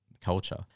culture